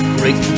great